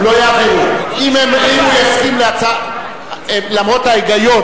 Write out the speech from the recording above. אם למרות ההיגיון,